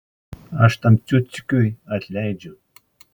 aš tam ciuckiui atleidžiu